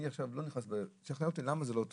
אני עכשיו לא נכנס, תשכנע אותי למה זה לא טוב.